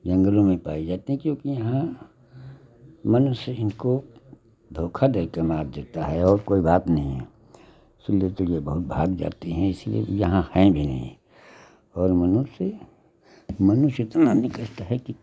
जंगलों में पाई जाती हैं क्योंकि यहाँ मनुष्य इनको धोखा दे के मार देता है और कोई बात नहीं है इसलिए चिड़ियाँ बहुत भाग जाती हैं इसलिए यहाँ हैं भी नहीं और मनुष्य इतना निकष्ट है कि